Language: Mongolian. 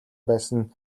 байсан